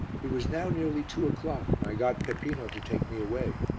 it was now nearly two o'clock and i got peppino to take me away.